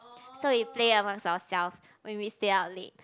so we play amongst ourselves when we stay up late